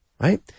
right